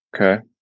Okay